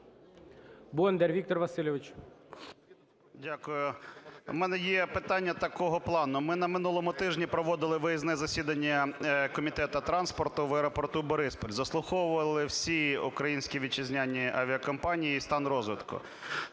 БОНДАР В.В. Дякую. У мене є питання такого плану. Ми на минулому тижні проводили виїзне засідання Комітету транспорту в аеропорту Бориспіль. Заслуховували всі українські вітчизняні авіакомпанії і стан розвитку.